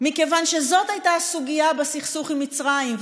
מכיוון שזו הייתה הסוגיה בסכסוך עם מצרים,